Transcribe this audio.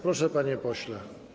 Proszę, panie pośle.